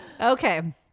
okay